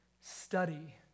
study